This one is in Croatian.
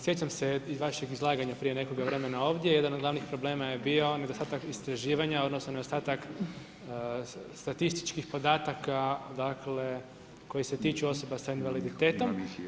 Sjećam se iz vašeg izlaganja prije nekoga vremena ovdje, jedan od glavnih problema je bio nedostatak istraživanja, odnosno nedostatak statističkih podataka, dakle koji se tiču osoba sa invaliditetom.